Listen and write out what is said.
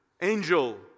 angel